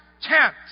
tent